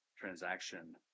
transaction